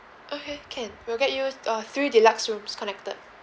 okay can we'll get you uh three deluxe rooms connected